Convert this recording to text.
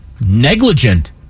negligent